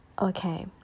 okay